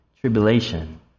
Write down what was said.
tribulation